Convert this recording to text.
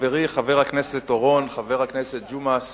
חברי חבר הכנסת אורון, חבר הכנסת ג'ומס,